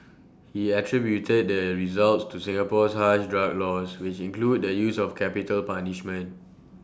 he attributed these results to Singapore's harsh drug laws which include the use of capital punishment